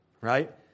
right